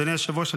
אדוני היושב-ראש,